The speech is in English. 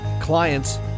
clients